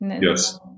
Yes